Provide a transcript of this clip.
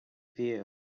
view